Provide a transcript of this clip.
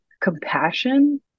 compassion